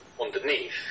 underneath